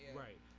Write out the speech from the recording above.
right